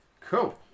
Cool